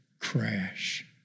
crash